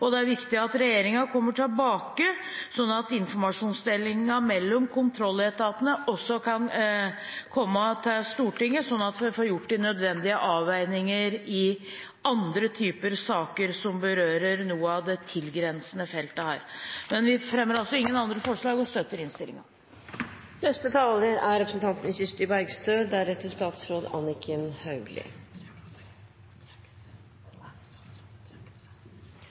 Det er viktig at regjeringen kommer tilbake, slik at informasjonsdelingen mellom kontrolletatene også kan komme til Stortinget, slik at vi får gjort de nødvendige avveininger i andre typer saker som berører noe av det tilgrensende feltet her. Men vi fremmer altså ingen andre forslag og støtter